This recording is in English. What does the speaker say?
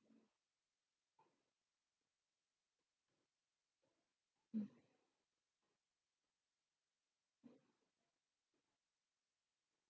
mm